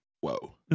Whoa